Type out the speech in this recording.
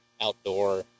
outdoor